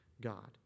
God